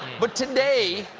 but, today,